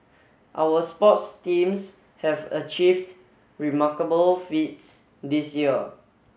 our sports teams have achieved remarkable feats this year